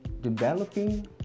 developing